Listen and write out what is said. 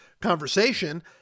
conversation